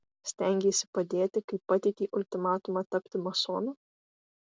stengeisi padėti kai pateikei ultimatumą tapti masonu